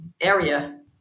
area